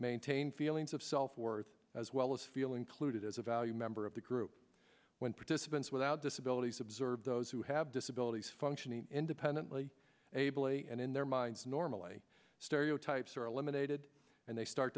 maintain feelings of self worth as well as feel included as a valued member of the group when participants without disabilities observe those who have disabilities functioning independently ably and in their minds normally stereotypes are eliminated and they start